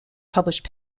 published